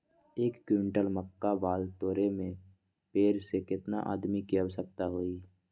एक क्विंटल मक्का बाल तोरे में पेड़ से केतना आदमी के आवश्कता होई?